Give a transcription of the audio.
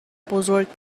بزرگ